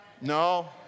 No